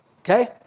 Okay